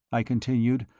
i continued,